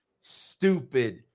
stupid